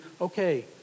okay